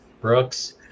Brooks